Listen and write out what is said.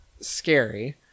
scary